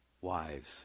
Wives